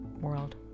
world